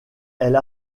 elle